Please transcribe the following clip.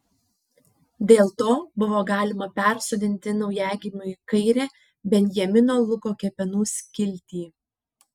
dėl to buvo galima persodinti naujagimiui kairę benjamino luko kepenų skiltį